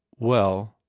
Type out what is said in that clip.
well,